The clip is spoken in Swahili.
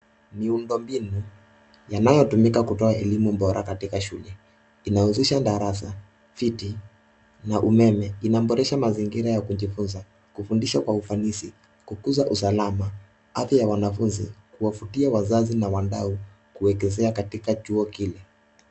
Miundo mbinu yanayotumika kutoa elimu bora katika shule. Inahusisha darasa, viti na umeme. Inaboresha mazingira ya kujifunza, kufundisha kwa ufanisi, kukuza usalama, afya ya wanafunzi, kuwavutia wazazi na wadau kuwekezea katika chuo kile.